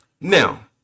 Now